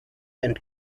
and